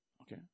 Okay